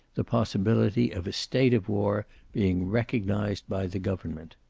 the possibility of a state of war being recognized by the government.